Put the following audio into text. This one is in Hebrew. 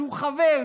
שהוא חבר,